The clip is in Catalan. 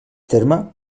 terme